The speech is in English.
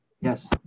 yes